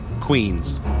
Queens